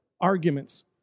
arguments